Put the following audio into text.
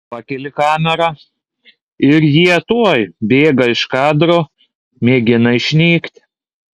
pakeli kamerą ir jie tuoj bėga iš kadro mėgina išnykti